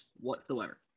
whatsoever